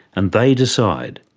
and they decide.